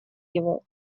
его